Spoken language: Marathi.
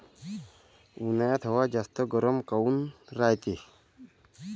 उन्हाळ्यात हवा जास्त गरम काऊन रायते?